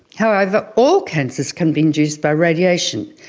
however, all cancers can be induced by radiation.